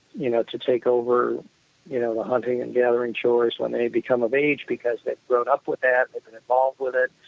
you know, to take over the you know ah hunting and gathering chores when they become of age because they've grown up with that, they've been involved with it.